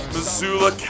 Missoula